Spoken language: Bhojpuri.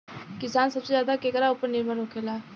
किसान सबसे ज्यादा केकरा ऊपर निर्भर होखेला?